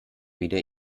wieder